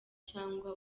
cyangwa